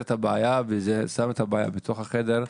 את הבעיה ושם את הבעיה בתוך החדר.